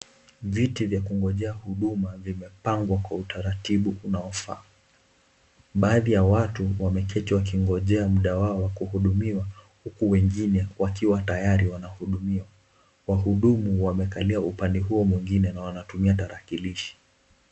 Viti vya kungojea huduma vimepangwa kwa utaratibu unaofaa, baadhi y watú wamekaa wakingoja muda wao wa kuhudumiwa buku wengine wakiwa tayari wanahudumiwa. Wahudumu wamekalia upande huo mwingine na wanatumia tarakilishi.